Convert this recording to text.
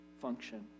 function